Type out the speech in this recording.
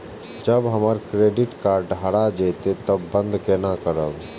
जब हमर credit card हरा जयते तब बंद केना करब?